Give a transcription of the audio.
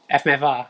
F math lah